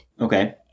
Okay